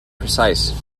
precise